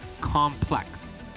Complex